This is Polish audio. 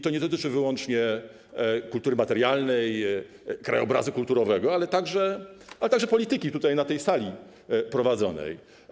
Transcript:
To nie dotyczy wyłącznie kultury materialnej, krajobrazu kulturowego, ale także polityki tutaj, na tej sali, prowadzonej.